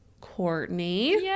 Courtney